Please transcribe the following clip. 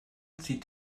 zieht